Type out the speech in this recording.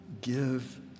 give